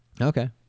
Okay